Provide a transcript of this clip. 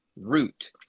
root